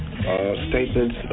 statements